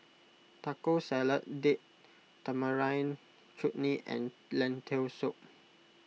Taco Salad Date Tamarind Chutney and Lentil Soup